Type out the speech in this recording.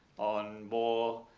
on more,